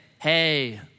hey